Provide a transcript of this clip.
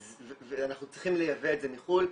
ואנחנו צריכים לייבא את זה מחו"ל,